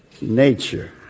nature